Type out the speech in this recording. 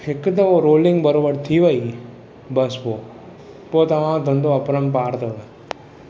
हिकु दफ़ो रोलिंग बरोबरि थी वई बस पो पोइ तव्हां जो धंधो अपरम्पार अथव